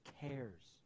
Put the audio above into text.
cares